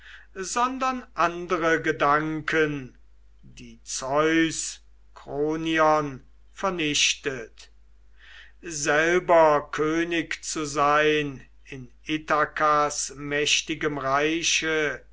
sondern andre gedanken die zeus kronion vernichtet selber könig zu sein in ithakas mächtigem reiche